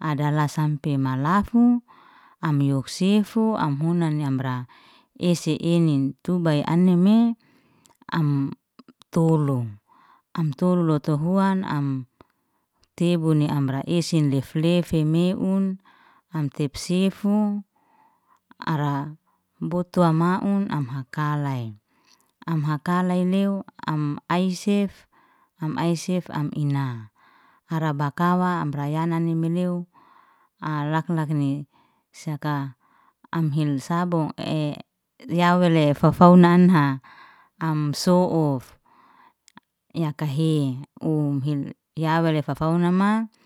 adalah sampe malafu. Am yok sifu, am huna ni amra esi enin tubai anime, am tolu am tolu lotuhuan, am tebuni amra esen leflefi meun, am tefsefu, ara botu amaun am hakalai am hakalai lew, am aisef am aisef am ina. Ara bakawa amra yanani meleu laklakni saka am hilsabu ya wele fafauna anha, am so'uf, ya kahe um ya wele ya fafaunama.